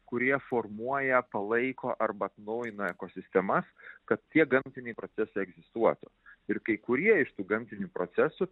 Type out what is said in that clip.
kurie formuoja palaiko arba atnaujina ekosistemas kad tie gamtiniai procesai egzistuotų ir kai kurie iš tų gamtinių procesų